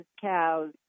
cows